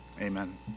Amen